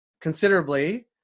considerably